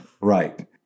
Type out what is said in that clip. right